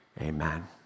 amen